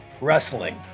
wrestling